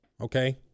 okay